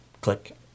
click